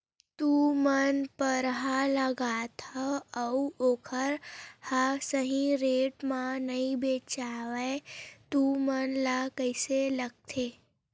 तू मन परहा लगाथव अउ ओखर हा सही रेट मा नई बेचवाए तू मन ला कइसे लगथे?